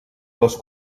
les